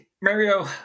Mario